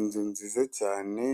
Inzu nziza cyane